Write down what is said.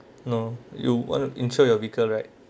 no you want insured your vehicle right